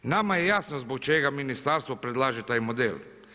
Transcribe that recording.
Nama je jasno zbog čega ministarstvo predlaže taj model.